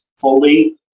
fully